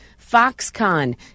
Foxconn